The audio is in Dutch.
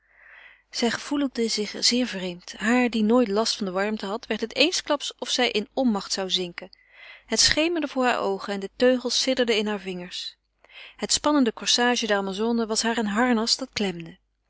zij gevoelde zich zeer vreemd haar die nooit last van de warmte had werd het eensklaps of zij in onmacht zou zinken het schemerde voor hare oogen en de teugels sidderden in hare vingers het spannende corsage der amazone was haar een harnas dat klemde